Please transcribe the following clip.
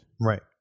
Right